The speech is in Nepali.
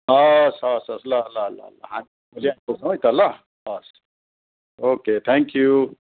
हवस् हवस् हवस् ल ल ल ल हामी भोलि आइपुग्छौँ है त ल हवस् ओके थ्याङ्क यू